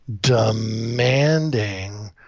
demanding